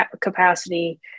capacity